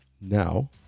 Now